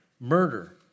murder